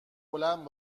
بلند